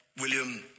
William